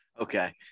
Okay